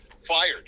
fired